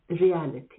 reality